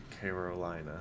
Carolina